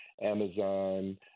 Amazon